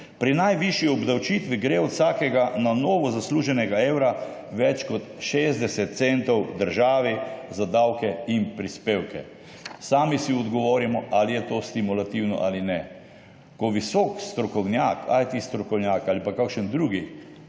Pri najvišji obdavčitvi gre od vsakega na novo zasluženega evra več kot 60 centov državi za davke in prispevke. Sami si odgovorimo, ali je to stimulativno ali ne. Ko visok strokovnjak, IT-strokovnjak ali pa kakšen drugi,